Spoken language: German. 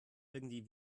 irgendwie